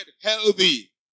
healthy